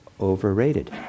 overrated